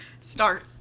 Start